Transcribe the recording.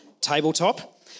tabletop